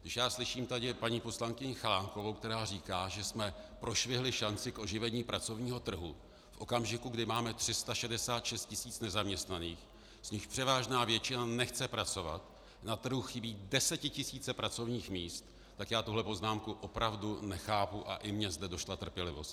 Když slyším tady paní poslankyni Chalánkovou, která říká, že jsme prošvihli šanci k oživení pracovního trhu v okamžiku, kdy máme 366 tisíc nezaměstnaných, z nichž převážná většina nechce pracovat, na trhu chybí desetitisíce pracovních míst, tak já tuhle poznámku opravdu nechápu a i mně zde došla trpělivost.